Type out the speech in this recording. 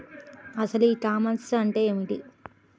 అసలు e-commerce అంటే ఏమిటి?